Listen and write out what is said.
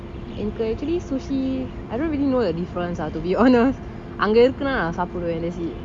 என்னக்கு எப்பிடி:ennaku epidi actually sushi I don't really know the difference ah to be honest அங்க இருக்குன்னு சாப்பிடுவான்:anga irukuna sapduvan